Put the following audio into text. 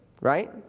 Right